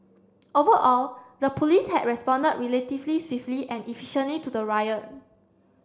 overall the police had responded relatively swiftly and efficiently to the riot